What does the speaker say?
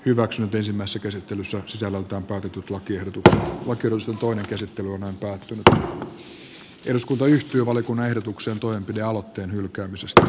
hyväksyntäisimmässä käsittelyssä sisällöltään ja tutustua kierto oikeusjutun käsittely ensin on päätettävä lakiehdotusten hyväksymisestä tai hylkäämisestä